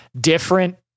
different